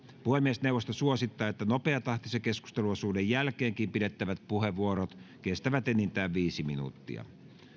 puhemiesneuvosto suosittaa että nopeatahtisen keskusteluosuuden jälkeenkin pidettävät puheenvuorot kestävät enintään viisi minuuttia